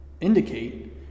indicate